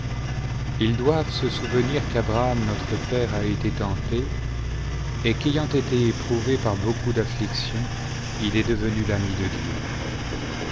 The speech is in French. ils doivent se souvenir qu'abraham notre père a été tenté et qu'ayant été éprouvé par beaucoup d'afliictions il est devenu l'ami de dieu